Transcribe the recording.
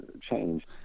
change